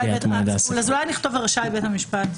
אולי נכתוב רשאי בית המשפט,